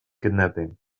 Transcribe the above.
kidnapping